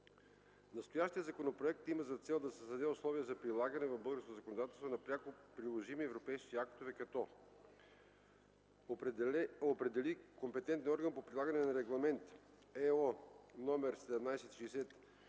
Настоящият законопроект има за цел да създаде условия за прилагане в българското законодателство на пряко приложими европейски актове, като: - определи компетентния орган по прилагане на Регламент (ЕО) №